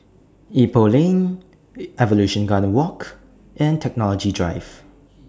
Ipoh Lane Evolution Garden Walk and Technology Drive